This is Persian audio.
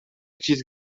چیز